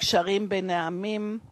הקשרים בין העמים הם